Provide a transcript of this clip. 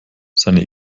seine